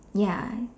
ya